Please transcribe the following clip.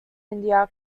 india